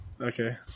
okay